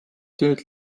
tööd